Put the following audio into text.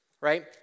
right